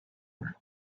her